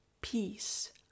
peace